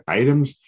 items